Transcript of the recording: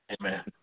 Amen